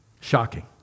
Shocking